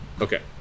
Okay